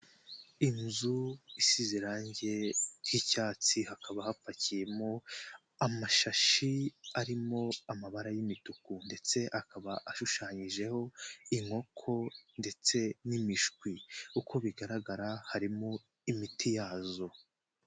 Inzu isize irangi ry'icyatsi, hakaba hapakiyemo amashashi arimo amabara y'imituku ndetse akaba ashushanyijeho inkoko ndetse n'imishwi .uko bigaragara harimo imiti yazo.